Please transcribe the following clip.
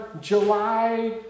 July